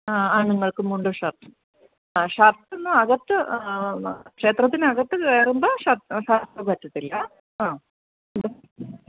ആ ആണുങ്ങൾക്ക് മുണ്ടും ഷർട്ടും ആ ഷർട്ട് ഒന്നും അകത്ത് ക്ഷേത്രത്തിനകത്തു കയറുമ്പോൾ ഷർട്ട് പറ്റത്തില്ല ആ